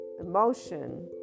emotion